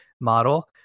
model